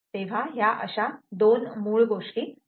तेव्हा या अशा 2 मूळ गोष्टी आहेत